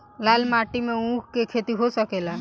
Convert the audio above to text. लाल माटी मे ऊँख के खेती हो सकेला?